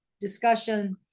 discussion